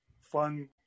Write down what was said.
fun